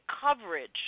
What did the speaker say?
coverage